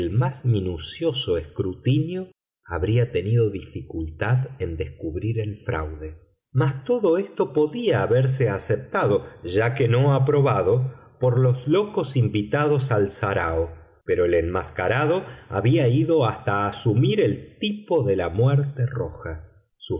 más minucioso escrutinio habría tenido dificultad en descubrir el fraude mas todo esto podía haberse aceptado ya que no aprobado por los locos invitados al sarao pero el enmascarado había ido hasta asumir el tipo de la muerte roja sus